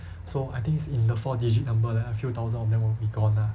so I think it's in the four digit number leh a few thousand of them will be gone lah